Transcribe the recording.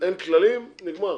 אין כללים נגמר.